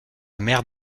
mère